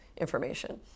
information